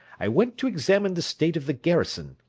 i went to examine the state of the garrison,